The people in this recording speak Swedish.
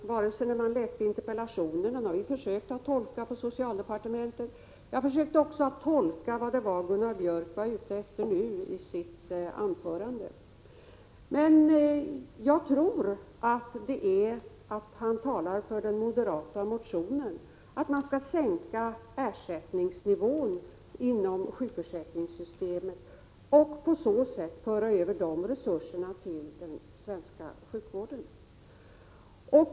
Vi har försökt tolka interpellationen på socialdepartementet, och jag försökte också tolka vad Gunnar Biörck var ute efter i sitt anförande. Jag tror att han talar för den moderata motionen om att sänka ersättningsnivån inom sjukförsäkringssystemet och på så sätt föra över de resurserna till den svenska sjukvården.